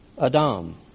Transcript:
Adam